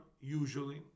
usually